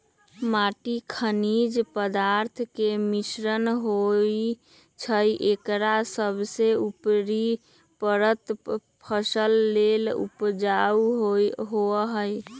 माटी खनिज पदार्थ के मिश्रण होइ छइ एकर सबसे उपरी परत फसल लेल उपजाऊ होहइ